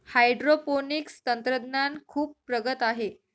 hydroponics तंत्रज्ञान खूप प्रगत आहे